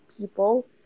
people